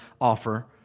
offer